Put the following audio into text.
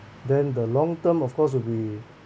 then the long term of course will be